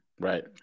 Right